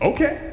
Okay